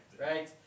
right